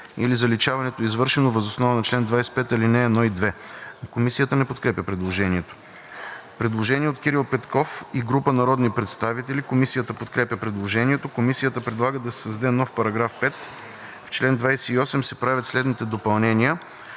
или заличаването е извършено въз основа на чл. 25, ал. 1 и 2“.“ Комисията не подкрепя предложението. Предложение от Кирил Петков и група народни представители. Комисията подкрепя предложението. Комисията предлага да се създаде нов § 5: „§ 5. В чл. 28 се правят следните допълнения: